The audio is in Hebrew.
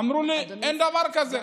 אמרו לי: אין דבר כזה.